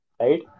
right